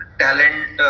talent